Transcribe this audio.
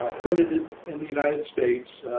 ah printed in the united states,